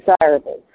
desirable